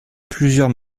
plusieurs